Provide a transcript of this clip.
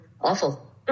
awful